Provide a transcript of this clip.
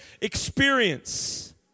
experience